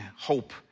hope